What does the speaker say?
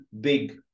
big